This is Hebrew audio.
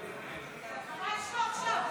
ממש לא עכשיו.